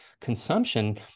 consumption